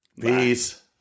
Peace